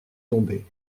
tombée